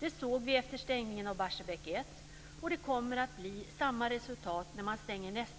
Det såg vi efter stängningen av Barsebäck 1 och det kommer att bli samma resultat när nästa verk stängs.